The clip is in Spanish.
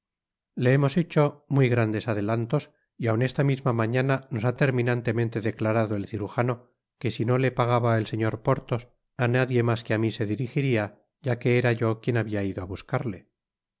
le hemos hecho muy grandes adelantos y aun esta misma mañana nos ha terminantemente declarado el cirujano que si no le pagaba el señor porthos á nadie mas que á mi se dirigiria ya que era yo quien habia ido á buscarle es